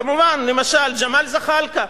כמובן, למשל ג'מאל זחאלקה.